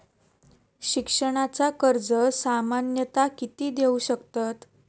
शिक्षणाचा कर्ज सामन्यता किती देऊ शकतत?